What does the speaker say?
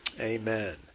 Amen